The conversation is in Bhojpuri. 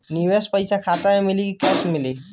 निवेश पइसा खाता में मिली कि कैश मिली?